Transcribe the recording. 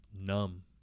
numb